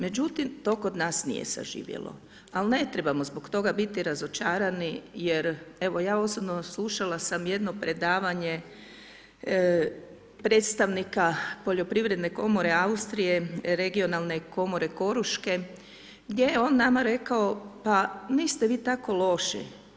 Međutim, to kod nas nije saživjelo, ali ne trebamo zbog toga biti razočarani jer evo, ja osobno slušala sam jedno predavanje predstavnika Poljoprivredne komore Austrije, Regionalne komore Koruške, gdje je on nama rekao, pa niste vi tako loši.